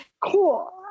Cool